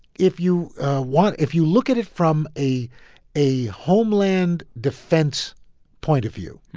if you want if you look at it from a a homeland defense point of view,